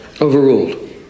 Overruled